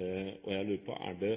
Også fra fiskerinæringens side er det